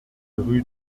rue